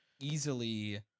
easily